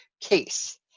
case